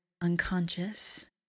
unconscious